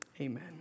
amen